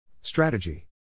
Strategy